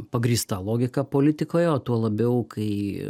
pagrįsta logika politikoje o tuo labiau kai